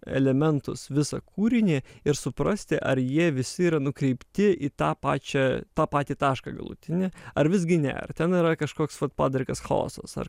elementus visą kūrinį ir suprasti ar jie visi yra nukreipti į tą pačią tą patį tašką galutinį ar visgi ne ar ten yra kažkoks padrikas chaosas ar